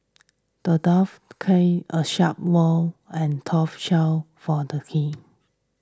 the dwarf crafted a sharp sword and a tough shield for the king